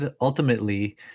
ultimately